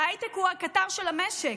ההייטק הוא הקטר של המשק.